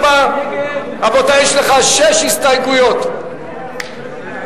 רזרבה למשרד ראש הממשלה,